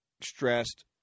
stressed